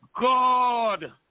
God